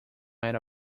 era